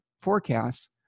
forecasts